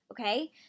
okay